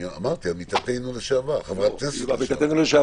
עו"ד רועי כהן נשיא לה"ב לשכת ארגוני